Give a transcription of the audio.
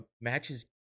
matches